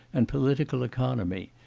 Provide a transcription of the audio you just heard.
and political economy,